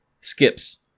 Skips